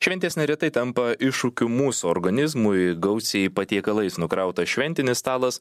šventės neretai tampa iššūkiu mūsų organizmui gausiai patiekalais nukrautas šventinis stalas